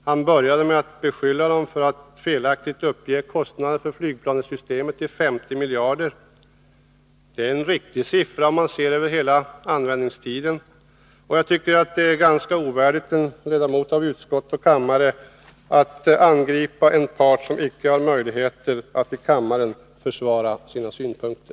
Han började med att beskylla den för att felaktigt uppge kostnaden för flygplanssystemet till 50 miljarder kronor. Det är ett riktigt belopp, om man ser över hela användningstiden. Jag tycker det är ganska ovärdigt en ledamot av utskott och kammare att angripa en part som icke har möjlighet att i kammaren försvara sina synpunkter.